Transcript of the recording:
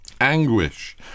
Anguish